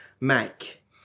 make